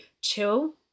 chill